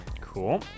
Cool